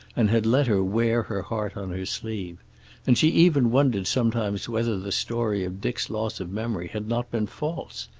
and had let her wear her heart on her sleeve and she even wondered sometimes whether the story of dick's loss of memory had not been false,